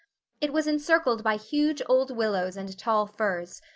it was encircled by huge old willows and tall firs,